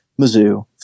Mizzou